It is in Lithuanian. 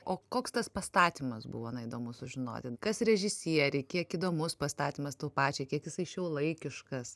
o koks tas pastatymas buvo na įdomu sužinoti kas režisierė kiek įdomus pastatymas tau pačiai kiek jisai šiuolaikiškas